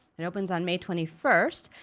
it opens on may twenty first.